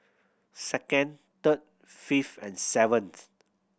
second third fifth and seventh